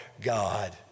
God